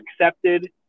accepted